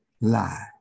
lie